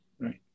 Right